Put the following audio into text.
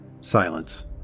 Silence